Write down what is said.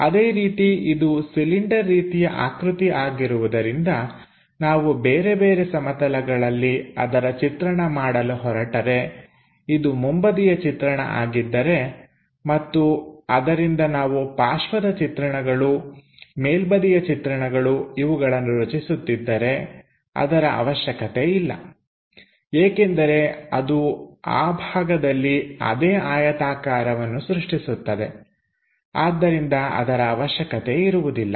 ಅದೇ ರೀತಿ ಇದು ಸಿಲಿಂಡರ್ ರೀತಿಯ ಆಕೃತಿ ಆಗಿರುವುದರಿಂದ ನಾವು ಬೇರೆ ಬೇರೆ ಸಮತಲಗಳಲ್ಲಿ ಅದರ ಚಿತ್ರಣ ಮಾಡಲು ಹೊರಟರೆ ಇದು ಮುಂಬದಿಯ ಚಿತ್ರಣ ಆಗಿದ್ದರೆ ಮತ್ತು ಅದರಿಂದ ನಾವು ಪಾರ್ಶ್ವದ ಚಿತ್ರಣಗಳು ಮೇಲ್ಬದಿಯ ಚಿತ್ರಣಗಳು ಇವುಗಳನ್ನು ರಚಿಸುತ್ತಿದ್ದರೆ ಅದರ ಅವಶ್ಯಕತೆ ಇಲ್ಲ ಏಕೆಂದರೆ ಅದು ಆ ಭಾಗದಲ್ಲಿ ಅದೇ ಆಯತಕಾರವನ್ನು ಸೃಷ್ಟಿಸುತ್ತದೆ ಆದ್ದರಿಂದ ಅದರ ಅವಶ್ಯಕತೆ ಇರುವುದಿಲ್ಲ